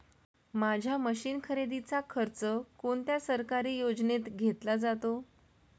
माझ्या मशीन खरेदीचा खर्च कोणत्या सरकारी योजनेत घेतला जातो?